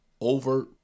overt